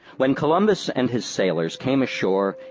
when columbus and his sailors came ashore,